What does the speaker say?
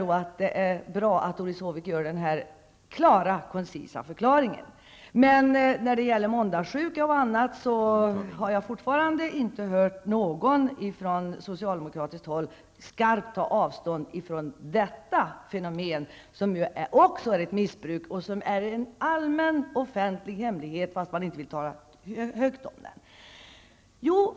Det är därför bra att Doris Håvik gör denna klara och koncisa förklaring. Men när det gäller måndagssjuka och annat har jag fortfarande inte hört någon från socialdemokratiskt håll skarpt ta avstånd från dessa fenomen som ju också är ett missbruk och som är en allmän offentlig hemlighet som man inte vill tala högt om.